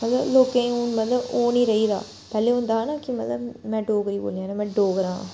मतलब लोकें गी हून मतलब ओह् नी रेही दा पैह्लें होंदा हा ना कि मतलब मैं डोगरी बोलनी मैं डोगरां